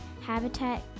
habitat